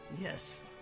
Yes